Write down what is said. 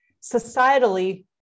societally